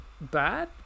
bad